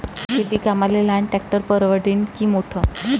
शेती कामाले लहान ट्रॅक्टर परवडीनं की मोठं?